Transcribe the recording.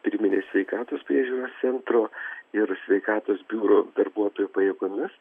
pirminės sveikatos priežiūros centro ir sveikatos biuro darbuotojų pajėgomis